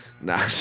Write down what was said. Nah